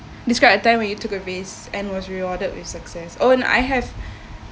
describe a time when you took a risk and it was rewarded with success oh I have